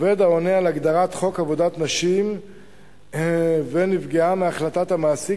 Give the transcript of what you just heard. עובד העונה על הגדרת חוק עבודת נשים ונפגע מהחלטת המעסיק,